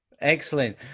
Excellent